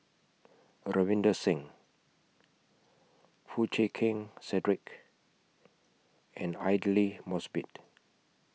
Ravinder Singh Foo Chee Keng Cedric and Aidli Mosbit